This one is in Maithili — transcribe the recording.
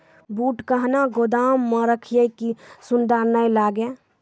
बूट कहना गोदाम मे रखिए की सुंडा नए लागे?